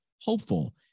hopeful